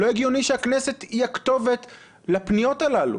לא הגיוני שהכנסת היא הכתובת לפניות הללו.